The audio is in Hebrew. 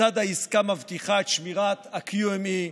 כיצד העסקה מבטיחה את שמירת ה-QME,